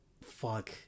Fuck